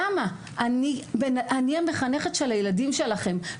אני המחנכת של הילדים שלכם.